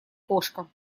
кошка